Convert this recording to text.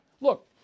Look